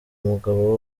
umugabo